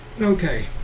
Okay